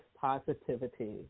positivity